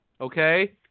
okay